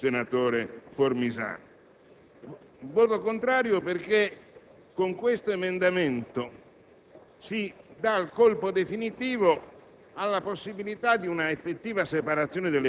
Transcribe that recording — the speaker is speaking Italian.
la dissidenza dei senatori dell'Italia dei Valori (ammesso che questa dissidenza sia rientrata dopo le dichiarazioni di stamattina del senatore Formisano).